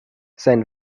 sein